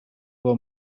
were